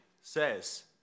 says